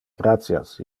gratias